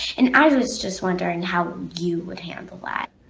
and i was just wondering how you would handle that.